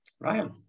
Ryan